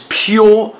pure